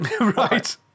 right